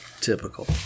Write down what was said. Typical